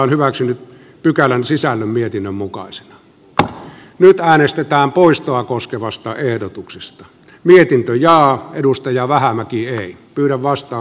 ensin äänestetään pykälän sisältöä koskevasta ehdotuksesta mietintö ja edustaja vähämäki ei kyllä vastaa